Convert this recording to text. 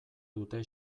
dute